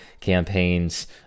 campaigns